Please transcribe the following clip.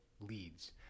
leads